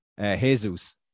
Jesus